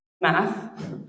math